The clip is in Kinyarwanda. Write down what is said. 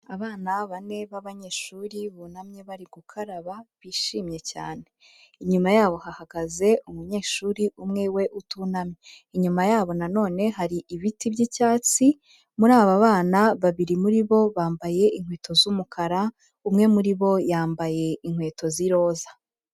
Abana bane b'abanyeshuri bunamye bari gukaraba, bishimye cyane, inyuma yabo hahagaze umunyeshuri umwe we utunamye, inyuma yabo na none hari ibiti by'icyatsi, muri aba bana babiri muri bo bambaye inkweto z'umukara, umwe muri bo yambaye inkweto z'iroza.